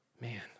man